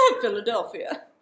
Philadelphia